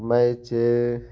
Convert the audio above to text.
match